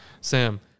Sam